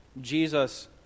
Jesus